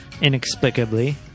inexplicably